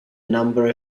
number